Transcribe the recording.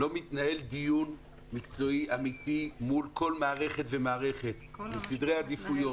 לא מתנהל דיון מקצועי אמיתי מול כל מערכת ומערכת עם סדרי עדיפויות.